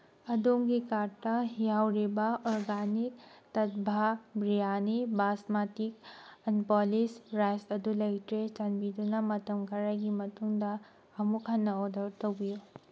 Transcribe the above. ꯑꯗꯣꯝꯒꯤ ꯀꯥꯔꯠꯇ ꯌꯥꯎꯔꯤꯕ ꯑꯣꯔꯒꯥꯅꯤꯛ ꯇꯠꯚꯥ ꯕ꯭ꯔꯤꯌꯥꯅꯤ ꯕꯥꯁꯃꯇꯤ ꯑꯟꯄꯣꯂꯤꯁ ꯔꯥꯏꯁ ꯑꯗꯨ ꯂꯩꯇ꯭ꯔꯦ ꯆꯥꯟꯕꯤꯗꯨꯅ ꯃꯇꯝ ꯈꯔꯒꯤ ꯃꯇꯨꯡꯗ ꯑꯃꯨꯛ ꯍꯟꯅ ꯑꯣꯔꯗꯔ ꯇꯧꯕꯤꯌꯨ